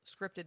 scripted